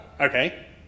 okay